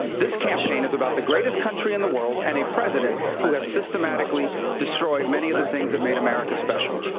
this campaign is about the greatest country in the world and a president who has systematically destroyed many of the things that made america special.